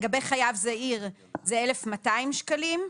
לגבי חייב זעיר זה 1,200 שקלים.